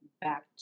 back